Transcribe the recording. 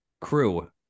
crew